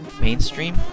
mainstream